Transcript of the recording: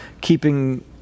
keeping